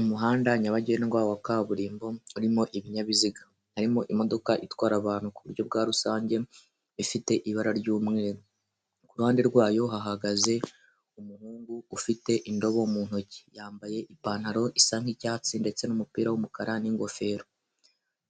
Umuhanda nyabagendwa wa kaburimbo urimo ibinyabiziga, harimo imodoka itwara abantu kuburyo bwa rusange ifite ibara ry'umweru, ku ruhande rwayo hahagaze umuhungu ufite indobo mu ntoki, yambaye ipantaro isa nk'icyatsi ndetse n'umupira w'umukara n'ingofero,